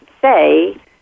say